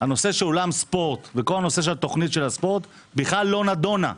הנושא של אולם הספורט וכל הנושא של הספורט לא נדונה.